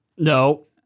No